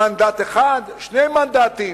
מנדט אחד, שני מנדטים.